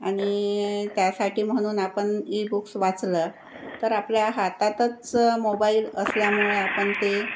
आणि त्यासाठी म्हणून आपण ई बुक्स वाचलं तर आपल्या हातातच मोबाईल असल्यामुळे आपण ते